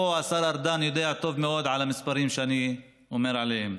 השר ארדן יודע טוב מאוד מהם המספרים שאני מדבר עליהם.